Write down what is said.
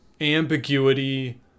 ambiguity